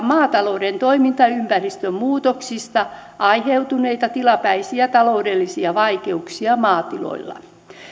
maatalouden toimintaympäristön muutoksista aiheutuneita tilapäisiä taloudellisia vaikeuksia maatiloilla